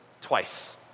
twice